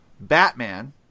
Batman